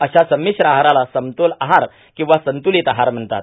अशा संमिश्र आहाराला समतोल आहार किंवा संतुलित आहार म्हणतात